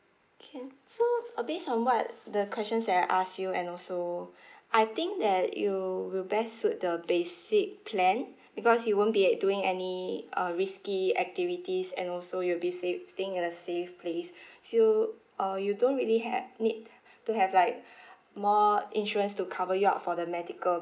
can so uh based on what the questions that I ask you and also I think that you will best suit the basic plan because you won't be at doing any uh risky activities and also you'll be st a safe place if you uh you don't really had need to have like more insurance to cover you up for the medical